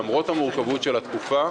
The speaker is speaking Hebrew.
למרות המורכבות של התקופה,